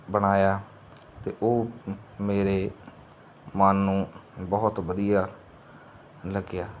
ਬਣਾਇਆ ਅਤੇ ਉਹ ਮੇਰੇ ਮਨ ਨੂੰ ਬਹੁਤ ਵਧੀਆ ਲੱਗਿਆ